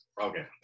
Okay